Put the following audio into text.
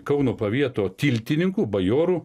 kauno pavieto tiltininku bajoru